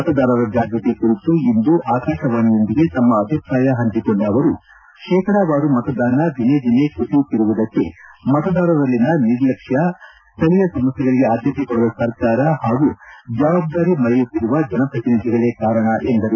ಮತದಾರರ ಜಾಗ್ಟತಿ ಕುರಿತು ಇಂದು ಆಕಾಶವಾಣಿಯೊಂದಿಗೆ ತಮ್ನ ಅಭಿಪ್ರಾಯ ಪಂಚಿಕೊಂಡ ಅವರು ಶೇಕಡವಾರು ಮತದಾನ ದಿನೇ ದಿನೇ ಕುಸಿಯುತ್ತಿರುವುದಕ್ಕೆ ಮತದಾರರಲ್ಲಿನ ನಿರ್ಲಕ್ಷ್ಯ ಸ್ವಳೀಯ ಸಮಸ್ಕೆಗಳಿಗೆ ಆದ್ದತೆ ಕೊಡದ ಸರ್ಕಾರ ಹಾಗೂ ಜವಾಬ್ದಾರಿ ಮರೆಯುತ್ತಿರುವ ಜನಪ್ರತಿನಿಧಿಗಳೇ ಕಾರಣ ಎಂದರು